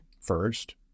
first